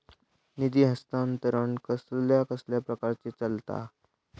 निधी हस्तांतरण कसल्या कसल्या प्रकारे चलता?